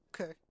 Okay